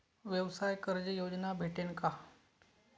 व्यवसाय कर्ज योजना भेटेन का?